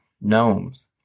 gnomes